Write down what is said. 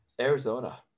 Arizona